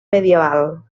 medieval